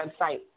website